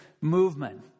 movement